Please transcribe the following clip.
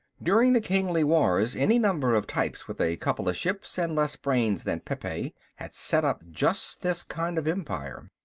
during the kingly wars any number of types with a couple of ships and less brains than pepe had set up just this kind of empire.